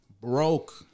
broke